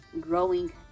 growing